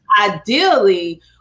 Ideally